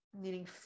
needing